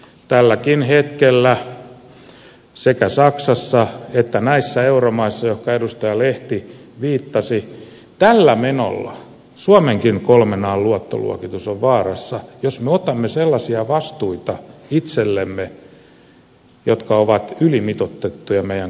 tälläkin hetkellä sekä saksassa että näissä euromaissa joihin edustaja lehti viittasi tällä menolla suomessakin kolmen an luottoluokitus on vaarassa jos me otamme sellaisia vastuita itsellemme jotka ovat ylimitoitettuja meidän kantokykyymme nähden